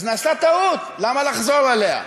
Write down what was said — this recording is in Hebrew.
אז נעשתה טעות, למה לחזור עליה?